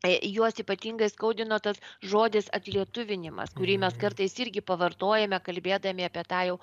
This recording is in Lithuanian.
juos ypatingai skaudino tas žodis atlietuvinimas kurį mes kartais irgi pavartojame kalbėdami apie tą jau